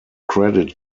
credit